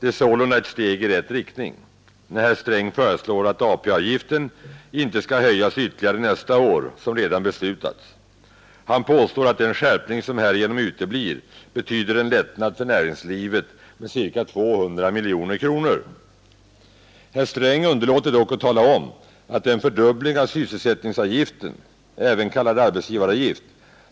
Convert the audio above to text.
Det är sålunda ett steg i rätt riktning, när herr Sträng föreslår att AP-avgiften inte skall höjas ytterligare nästa år, som redan beslutats. Han påstår att den skärpning som härigenom uteblir betyder en lättnad för näringslivet med ca 200 miljoner kronor. Herr Sträng underlåter dock att tala om att det är en fördubbling av sysselsättningsavgiften. även kallad arbetsgivaravgift,